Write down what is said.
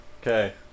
Okay